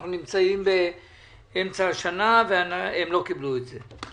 אנחנו נמצאים באמצע השנה והם לא קיבלו את זה.